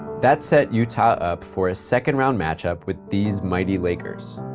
that set utah up for a second round matchup with these mighty lakers.